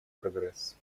прогресс